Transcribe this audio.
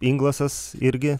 inglasas irgi